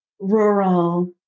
rural